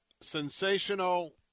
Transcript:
sensational